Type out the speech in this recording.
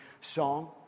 song